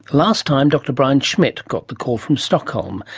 last time dr brian schmidt got the call from stockholm,